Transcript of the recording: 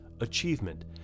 achievement